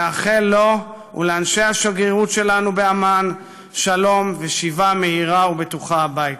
נאחל לו ולאנשי השגרירות שלנו בעמאן שלום ושיבה מהירה ובטוחה הביתה.